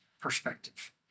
perspective